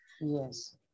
yes